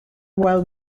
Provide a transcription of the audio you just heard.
while